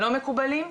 לא מקובלים.